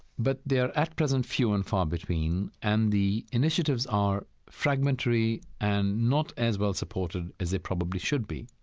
but they are, at present, few and far between, and the initiatives are fragmentary and not as well-supported as they probably should be